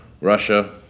Russia